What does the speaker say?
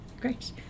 Great